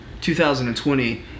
2020